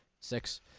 Six